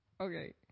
Okay